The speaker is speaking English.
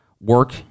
work